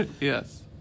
Yes